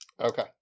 Okay